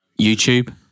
youtube